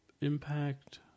Impact